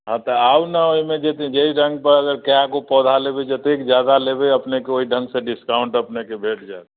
हँ तऽ आउ ने ओहिमे जेते जइ रङ्ग पर अगर कए गो पौधा लेबै जतेक जादा लेबै अपनेके ओहि ढङ्गसँ डिस्काउन्ट अपनेके भेट जाएत